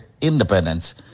independence